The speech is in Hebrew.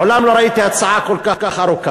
מעולם לא ראיתי הצעה כל כך ארוכה,